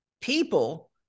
people